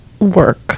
work